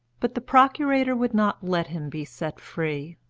but the procurator would not let him be set free,